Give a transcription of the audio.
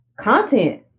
Content